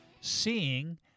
Seeing